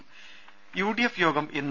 രുമ U D F യോഗം ഇന്ന്